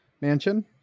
Mansion